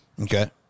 Okay